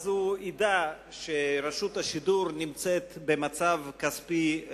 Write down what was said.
הוא ידע שרשות השידור נמצאת במצב כספי,